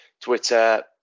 Twitter